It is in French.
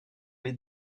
les